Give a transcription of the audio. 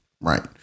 right